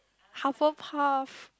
Hufflepuff